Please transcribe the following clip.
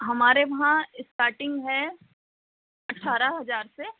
हमारे वहाँ इस्टारटिंग है अठारह हजार से